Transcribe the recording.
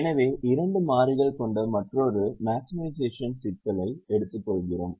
எனவே இரண்டு மாறிகள் கொண்ட மற்றொரு மாக்ஸிமைசேஷன் சிக்கலை எடுத்துக்கொள்கிறோம்